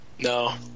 No